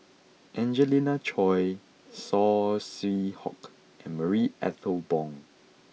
Angelina Choy Saw Swee Hock and Marie Ethel Bong